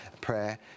prayer